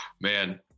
Man